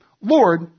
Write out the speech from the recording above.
Lord